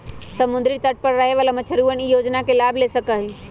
समुद्री तट पर रहे वाला मछुअरवन ई योजना के लाभ ले सका हई